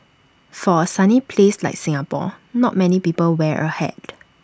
for A sunny place like Singapore not many people wear A hat